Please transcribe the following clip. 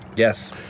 Yes